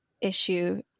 issue